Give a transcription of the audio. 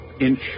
inch